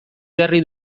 jarri